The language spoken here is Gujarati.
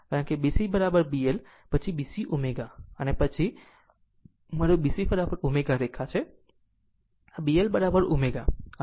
કારણ કે B CB L પછી B C ω અને આ મારો B Cω રેખા છે અને આ B Lω છે